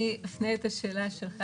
אני אפנה את השאלה שלך.